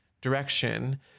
direction